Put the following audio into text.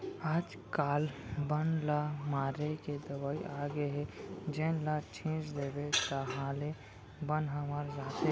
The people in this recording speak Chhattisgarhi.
आजकाल बन ल मारे के दवई आगे हे जेन ल छिंच देबे ताहाँले बन ह मर जाथे